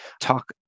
talk